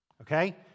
Okay